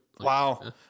Wow